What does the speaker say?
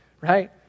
Right